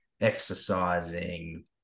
exercising